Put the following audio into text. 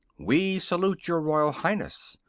we salute your royal highness!